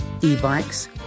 e-bikes